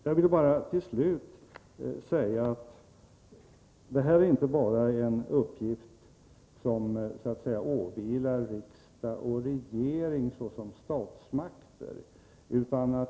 Jag vill bara till slut säga att det här inte enbart är en uppgift som så att säga åvilar riksdag och regering som statsmakter.